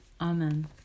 Amen